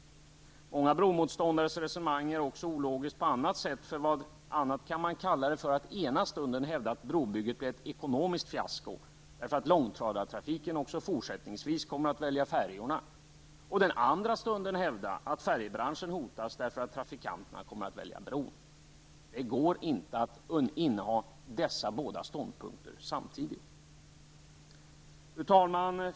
Många bromotståndares resonemang är också ologiskt på annat sätt. Vad annat kan man kalla det att ena stunden hävda att brobygget blir ett ekonomiskt fiasko, eftersom långtradartrafik även fortsättningsvis kommer att välja färjorna, och den andra stunden hävda att färjebranschen hotas, därför att trafikanterna kommer att välja bron. Det går inte att inneha dessa båda ståndpunkter samtidigt. Fru talman!